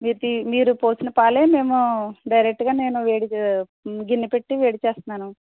మీరు తి మీరు పోసిన పాలు మేము డైరెక్ట్గా నేను వేడి గిన్నెపెట్టి వేడి చేస్తున్నాను